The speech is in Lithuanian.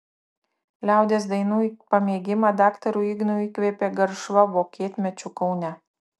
liaudies dainų pamėgimą daktarui ignui įkvėpė garšva vokietmečiu kaune